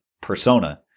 persona